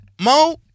Mo